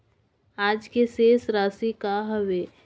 आज के शेष राशि का हवे?